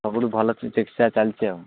ସବୁଠୁ ଭଲ ଚିକିତ୍ସା ଚାଲିଛି ଆଉ